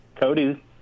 Cody